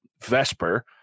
vesper